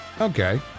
Okay